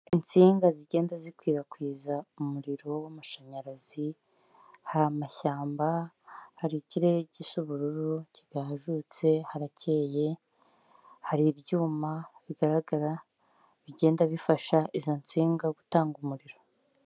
Insinga zigenda zikwirakwiza umuriro w'amashanyarazi, hari amashyamba, hari kirere gisa ubururu kigajutse harakeye, hari ibyuma bigaragara bigenda bifasha izo nsinga gutwara umuriro.